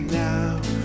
now